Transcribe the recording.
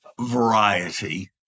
variety